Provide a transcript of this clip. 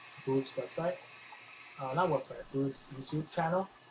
baruch's website not website, baruch's youtube channel,